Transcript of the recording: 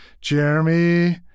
Jeremy